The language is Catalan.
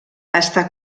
està